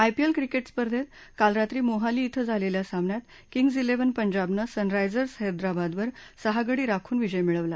IPL cricket स्पर्धेत काल रात्री मोहाली क्रिं झालेल्या सामन्यात किंग्ज क्रिव्हन पंजाबनं सनरायजर्स हस्त्रीबादवर सहा गडी राखून विजय मिळवला